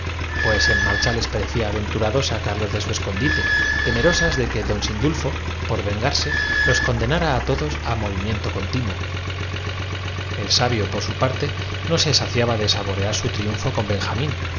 pues en marcha les parecía aventurado sacarlos de su escondite teme rosas de que don sindulfo por vengarse los conde nara á todos á movimiento continuo el sabio por su parte no se saciaba de saborear su triunfo con benjamín y